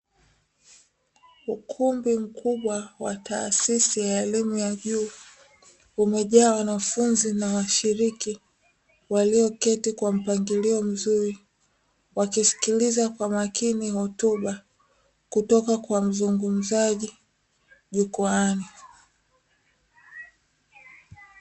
Ukumbi mkubwa wa taasisi ya elimu ya juu umejaa wanafunzi na washiriki walioketi kwa mpangilio mzuri, wakisikiliza kwa makini hotuba kutoka kwa mzungumzaji jukwaani.